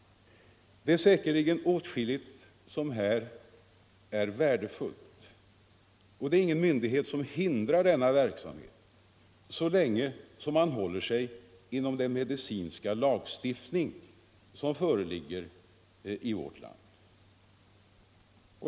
Det är säkerligen åtskilligt som är värdefullt, och det är ingen myndighet som hindrar denna verk samhet så länge man håller sig inom ramen för den medicinska lag 21 stiftning som föreligger i vårt land.